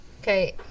Okay